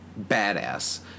badass